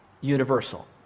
Universal